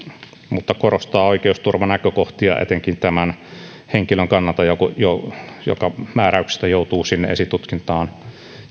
mutta korostaa oikeusturvanäkökohtia etenkin tämän henkilön kannalta joka määräyksestä joutuu sinne esitutkintaan